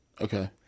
Okay